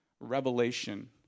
revelation